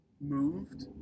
moved